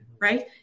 right